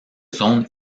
zone